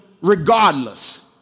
regardless